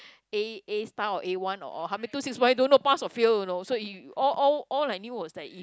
A A star or A one or I mean two six five don't know pass or fail you know so you all all all I knew was that if